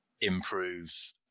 improve